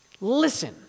listen